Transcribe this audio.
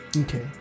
Okay